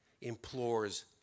implores